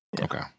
Okay